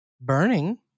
Burning